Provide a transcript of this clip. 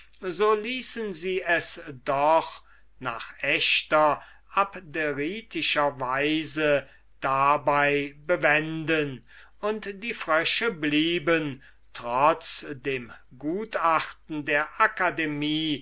so ließen sie es doch nach echter abderitischer weise dabei bewenden und die frösche blieben trotz dem gutachten der akademie